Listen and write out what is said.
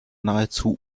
nahezu